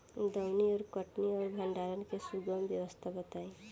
दौनी और कटनी और भंडारण के सुगम व्यवस्था बताई?